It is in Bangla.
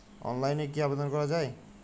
অনলাইনে কি আবেদন করা য়ায়?